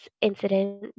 incident